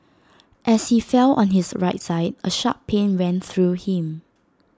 as he fell on his right side A sharp pain ran through him